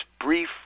brief